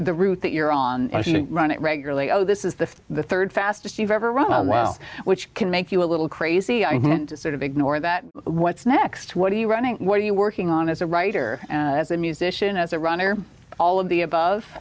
the route that you're on run it regularly oh this is the the rd fastest you've ever run well which can make you a little crazy i'm going to sort of ignore that what's next what are you running what are you working on as a writer as a musician as a runner all of the above